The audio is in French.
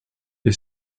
est